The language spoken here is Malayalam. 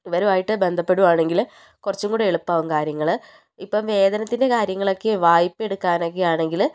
ഇവരുമായിട്ട് ബന്ധപ്പെടുകയാണെങ്കിൽ കുറച്ചും കൂടി എളുപ്പമാകും കാര്യങ്ങൾ ഇപ്പോൾ വേതനത്തിന്റെ കാര്യങ്ങളൊക്കെ വായ്പ എടുക്കാനൊക്കെയാണെങ്കിൽ